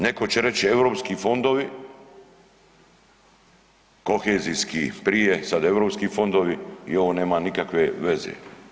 Neko će reći europski fondovi, kohezijski prije, sad europski fondovi i ovo nema nikakve veze.